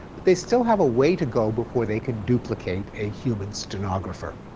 but they still have a way to go before they can duplicate a human stenographer.